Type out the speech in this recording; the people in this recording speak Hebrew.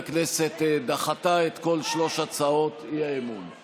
הכנסת דחתה את כל שלוש הצעות האי-אמון בממשלה.